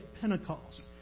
Pentecost